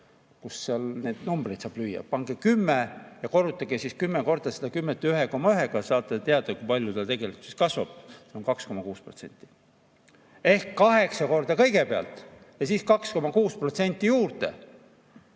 kus need numbrid saab lüüa. Pange 10 ja korrutage siis kümme korda seda kümmet 1,1-ga, saate teada, kui palju ta tegelikult kasvab. See on 2,6% . Ehk kaheksa korda kõigepealt, ja siis 2,6% juurde.